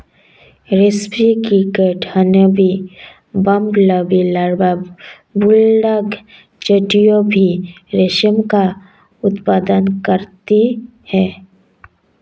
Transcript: रेस्पी cricket, honeybee, bumblebee larva, bulldog चींटियां भी रेशम का उत्पादन करती हैं